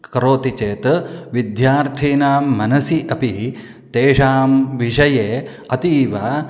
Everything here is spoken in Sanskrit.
करोति चेत् विद्यार्थीनां मनसि अपि तेषां विषये अतीव